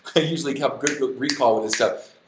i usually have good but recall with this stuff.